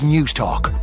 Newstalk